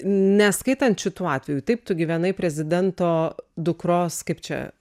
neskaitant šitų atvejų taip tu gyvenai prezidento dukros kaip čia